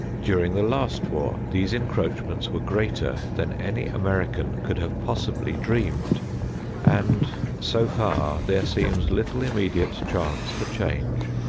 during the last war, these encroachments were greater than any american could have possibly dreamed and so far there seems little immediate chance for change.